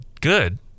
good